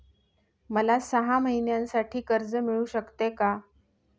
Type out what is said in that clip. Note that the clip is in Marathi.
मला सहा महिन्यांसाठी कर्ज मिळू शकते का?